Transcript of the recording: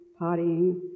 partying